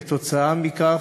לעתים, כתוצאה מכך,